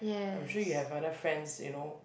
I'm sure you have other friends you know